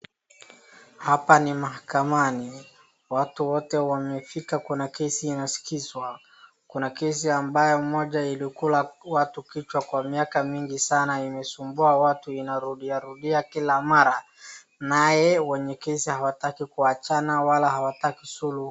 Hapa ni mahakamani, watu wote wamefika kuna kesi inaskizwa, kuna kesi ambayo moja ilikula watu kichwa kwa miaka mingi sana, imesumbua watu, inarudia rudia kila mara, naye wenye kesi hawataki kuachana wala hawataki kusuluhu.